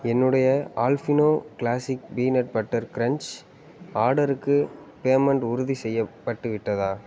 என்னுடைய Alpino classic peanut butter crunch ஆர்டருக்கு payment உறுதிசெய்யப்பட்டுவிட்டதா